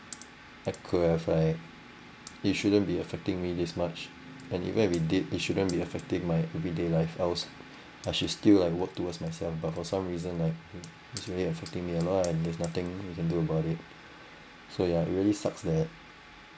I could have like it shouldn't be affecting me this much and even it did it shouldn't be affecting my everyday life else as I should still at work towards myself but for some reason like it's really affecting a lot and there's nothing you can do about it so yeah really sucks that